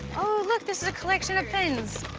oh, look. this is a collection of pins,